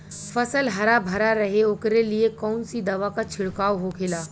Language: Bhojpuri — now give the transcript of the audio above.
फसल हरा भरा रहे वोकरे लिए कौन सी दवा का छिड़काव होखेला?